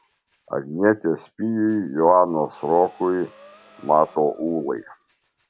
agnietės pijui joanos rokui mato ūlai